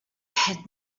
had